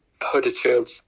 Huddersfield